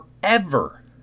forever